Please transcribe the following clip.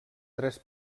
tres